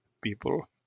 people